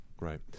right